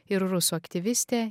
ir rusų aktyvistė